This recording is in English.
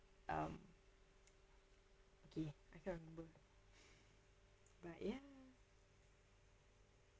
um okay I can't remember but ya